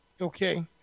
Okay